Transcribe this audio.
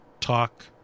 talk –